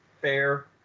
Fair